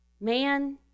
man